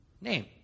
name